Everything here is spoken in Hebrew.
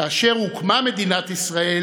כאשר הוקמה מדינת ישראל